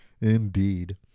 Indeed